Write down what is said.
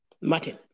Martin